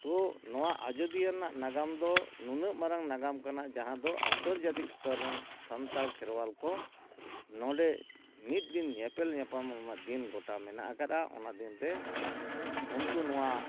ᱛᱚ ᱱᱚᱣᱟ ᱟᱡᱚᱫᱤᱭᱟᱹ ᱨᱮᱱᱟᱜ ᱱᱟᱜᱟᱢ ᱫᱚ ᱱᱩᱱᱟᱹᱜ ᱢᱟᱨᱟᱝ ᱱᱟᱜᱟᱢ ᱠᱟᱱᱟ ᱡᱟᱦᱟᱸ ᱫᱚ ᱟᱱᱛᱚᱨᱡᱟᱛᱤᱠ ᱥᱛᱚᱨ ᱨᱮᱱ ᱥᱟᱱᱛᱟᱲ ᱠᱷᱮᱨᱣᱟᱞ ᱠᱚ ᱱᱚᱰᱮ ᱢᱤᱫ ᱫᱤᱱ ᱧᱮᱯᱮᱞ ᱧᱟᱯᱟᱢ ᱨᱮᱱᱟᱜ ᱫᱤᱱ ᱜᱚᱴᱟ ᱢᱮᱱᱟᱜ ᱠᱟᱫᱼᱟ ᱚᱱᱟ ᱫᱤᱱᱨᱮ ᱩᱱᱠᱩ ᱱᱚᱣᱟ